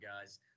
guys